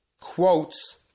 quotes